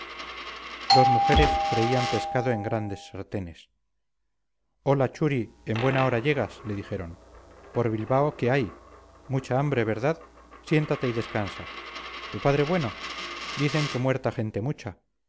dos mujeres freían pescado en grandes sartenes hola churi en buena hora llegas le dijeron por bilbao qué hay mucha hambre verdad siéntate y descansa tu padre bueno dicen que muerta gente mucha